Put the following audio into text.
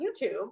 YouTube